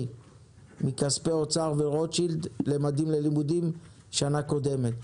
מכספי אוצר ורוטשילד ל'ממדים ללימודים' בשנה הקודמת,